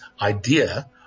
idea